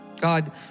God